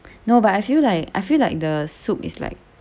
no but I feel like I feel like the soup is like